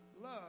love